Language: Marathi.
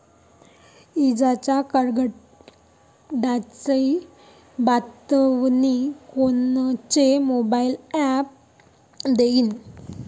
इजाइच्या कडकडाटाची बतावनी कोनचे मोबाईल ॲप देईन?